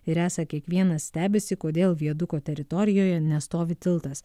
ir esą kiekvienas stebisi kodėl viaduko teritorijoje nestovi tiltas